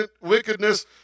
wickedness